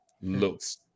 looks